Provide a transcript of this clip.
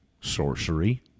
sorcery